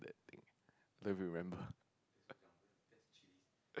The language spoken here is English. don't remember